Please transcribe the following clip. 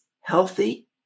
healthy